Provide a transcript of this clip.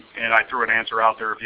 and i threw an answer out there.